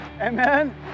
Amen